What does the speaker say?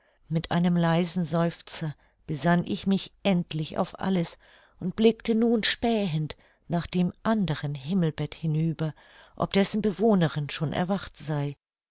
mit einem leisen seufzer besann ich mich endlich auf alles und blickte nun spähend nach dem anderen himmelbett hinüber ob dessen bewohnerin schon erwacht sei